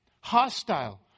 Hostile